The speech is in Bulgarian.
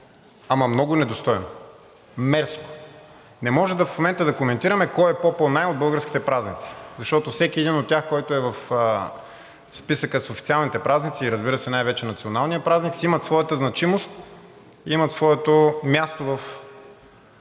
ама много недостойно, мерзко. Не може в момента да коментираме кой е по-по-най от българските празници, защото всеки един от тях, който е в списъка с официалните празници, и разбира се, най-вече националният празник, си имат своята значимост, имат своето място в